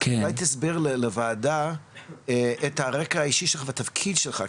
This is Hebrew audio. אולי תסביר לוועדה את הרקע האישי שלך והתפקיד שלך.